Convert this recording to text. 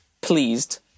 pleased